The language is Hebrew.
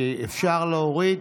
אפשר להוריד?